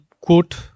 quote